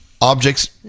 objects